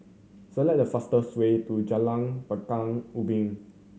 select the fastest way to Jalan Pekan Ubin